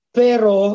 pero